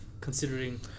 considering